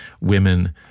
women